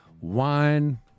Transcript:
wine